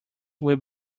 will